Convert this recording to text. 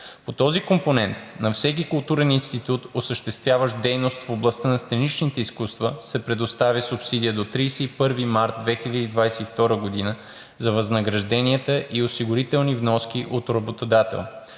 По този компонент на всеки културен институт, осъществяващ дейност в областта на сценичните изкуства, се предоставя субсидия до 31 март 2022 г. за възнагражденията и осигурителни вноски от работодател.